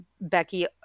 Becky